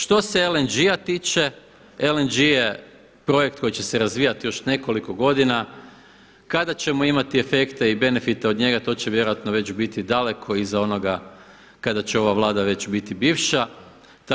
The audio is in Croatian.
Što se LNG-a tiče, LNG je projekt koji će se razvijati još nekoliko godina kada ćemo imati efekte i benefite od njega to će vjerojatno već biti daleko iza onoga kada će ova Vlada biti već bivša.